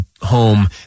home